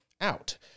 out